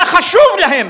היה חשוב להם